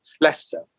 Leicester